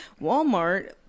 Walmart